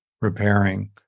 repairing